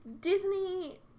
Disney